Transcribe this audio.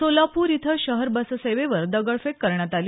सोलापूर इथं शहर बससेवेवर दगडफेक करण्यात आली